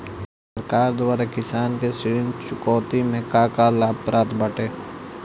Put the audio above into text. सरकार द्वारा किसानन के ऋण चुकौती में का का लाभ प्राप्त बाटे?